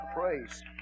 praise